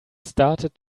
started